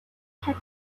had